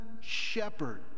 shepherd